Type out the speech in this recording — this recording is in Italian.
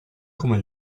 come